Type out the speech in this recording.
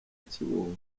kibungo